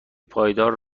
پایدار